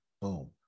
boom